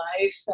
life